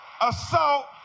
assault